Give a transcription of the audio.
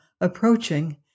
approaching